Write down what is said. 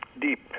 deep